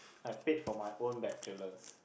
I paid for my own bachelor's